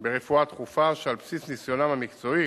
ברפואה דחופה שעל בסיס ניסיונם המקצועי